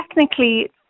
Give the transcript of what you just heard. technically